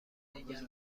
دیگر